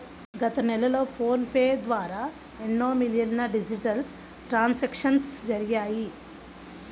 గత నెలలో ఫోన్ పే ద్వారా ఎన్నో మిలియన్ల డిజిటల్ ట్రాన్సాక్షన్స్ జరిగాయి